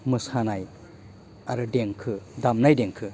मोसानाय आरो देंखो दामनाय देंखो